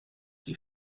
die